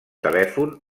telèfon